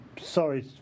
Sorry